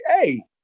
hey